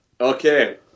okay